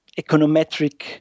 econometric